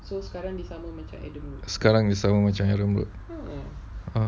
sekarang sama dengan adam road